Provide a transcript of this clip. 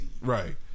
Right